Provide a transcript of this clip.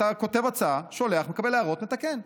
אתה כותב הצעה, שולח, מקבל הערות, מתקן.